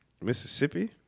Mississippi